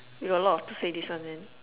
you got a lot to say this one then